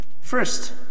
first